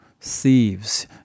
thieves